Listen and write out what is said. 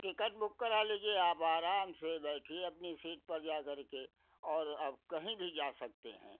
ticket book करा लीजिए आप आराम से बैठिए अपनी सीट पर जा करके और अब कहीं भी जा सकते हैं